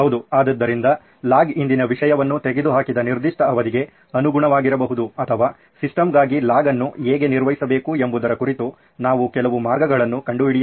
ಆದ್ದರಿಂದ ಲಾಗ್ ಹಿಂದಿನ ವಿಷಯವನ್ನು ತೆಗೆದುಹಾಕಿದ ನಿರ್ದಿಷ್ಟ ಅವಧಿಗೆ ಅನುಗುಣವಾಗಿರಬಹುದು ಅಥವಾ ಸಿಸ್ಟಮ್ಗಾಗಿ ಲಾಗ್ ಅನ್ನು ಹೇಗೆ ನಿರ್ವಹಿಸಬೇಕು ಎಂಬುದರ ಕುರಿತು ನಾವು ಕೆಲವು ಮಾರ್ಗಗಳನ್ನು ಕಂಡುಹಿಡಿಯಬೇಕು